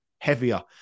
heavier